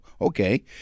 okay